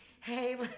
Hey